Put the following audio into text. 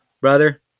brother